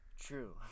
True